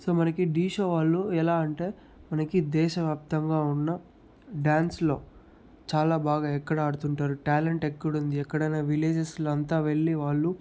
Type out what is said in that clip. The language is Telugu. సో మనకి ఢీ షో వాళ్ళు ఎలా అంటే మనకి దేశవ్యాప్తంగా ఉన్న డ్యాన్స్లో చాలా బాగా ఎక్కడ ఆడుతుంటారు ట్యాలెంట్ ఎక్కడుంది ఎక్కడైనా విలేజెస్లో అంతా వెళ్ళి వాళ్ళు